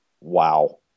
wow